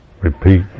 repeat